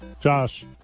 josh